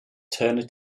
turner